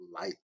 light